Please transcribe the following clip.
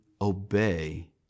obey